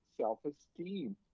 self-esteem